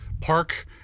park